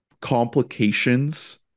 complications